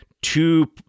two